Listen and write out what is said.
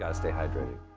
yeah stay hydrated.